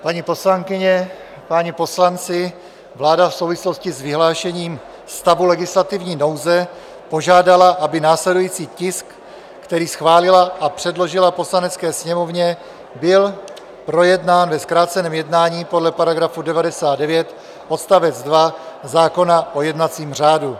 Paní poslankyně, páni poslanci, vláda v souvislosti s vyhlášením stavu legislativní nouze požádala, aby následující tisk, který schválila a předložila Poslanecké sněmovně, byl projednán ve zkráceném jednání podle § 99 odst. 2 zákona o jednacím řádu.